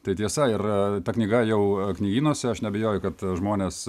tai tiesa ir ta knyga jau knygynuose aš neabejoju kad žmonės